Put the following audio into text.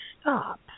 stop